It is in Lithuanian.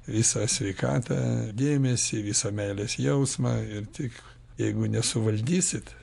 visą sveikatą dėmesį visą meilės jausmą ir tik jeigu nesuvaldysit